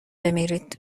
بمیرید